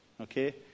Okay